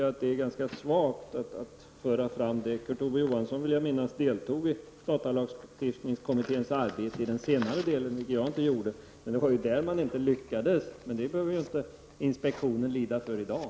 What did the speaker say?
Jag vill minnas att Kurt Ove Johansson deltog i datalagstiftningskommitténs arbete i den senare delen, vilket jag inte gjorde. Men det var då man inte lyckades komma fram till något. Men inspektionen skall inte behöva lida för det i dag.